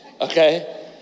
Okay